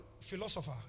philosopher